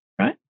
right